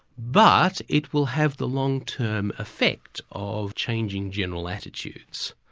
but it will have the long-term effect of changing general attitudes.